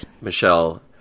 Michelle